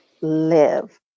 live